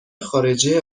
خارجه